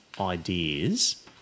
ideas